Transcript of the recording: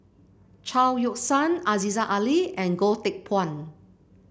Chao Yoke San Aziza Ali and Goh Teck Phuan